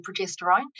progesterone